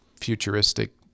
futuristic